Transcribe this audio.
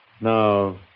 Now